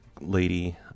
lady